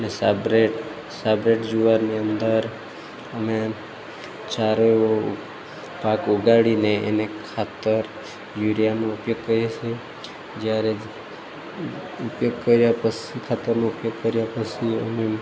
ને સાબ્રેડ સાબ્રેડ જુવારની અંદર અમે ચારો એવો પાક ઉગાડીને એને ખાતર યુરિયાનો ઉપયોગ કરીએ છીએ જ્યારે ઉપયોગ કર્યા પછી ખાતરનો ઉપયોગ કર્યા પછી અમે